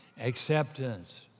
acceptance